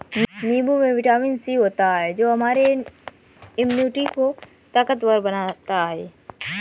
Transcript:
नींबू में vitamin C होता है जो हमारे इम्यूनिटी को ताकतवर बनाता है